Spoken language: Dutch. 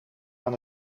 aan